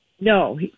no